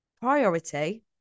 priority